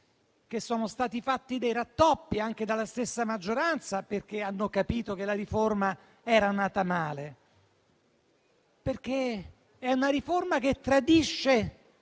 che sono stati fatti dei rattoppi anche da parte della stessa maggioranza, perché ha capito che la riforma era nata male. È una riforma che tradisce